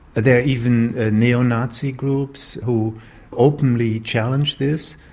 there are even neo-nazi groups who openly challenge this,